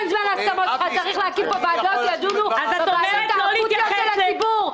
צריך להקים פה ועדות שידונו בבעיות האקוטיות של הציבור.